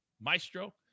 maestro